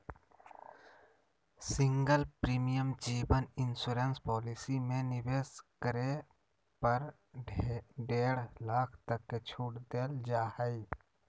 single premium जीवन insurance policy में निवेश करे पर डेढ़ लाख तक के छूट देल जा हइ